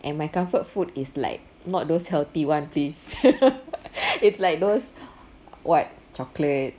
and my comfort food is like not those healthy one please is like those what chocolate